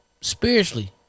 spiritually